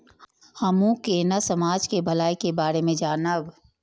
हमू केना समाज के भलाई के बारे में जानब?